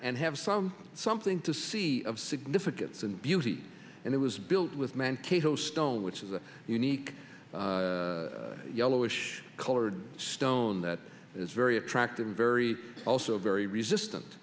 and have some something to see of significance and beauty and it was built with man cato stone which is a unique yellowish colored stone that is very attractive very also very